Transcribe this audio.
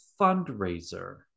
fundraiser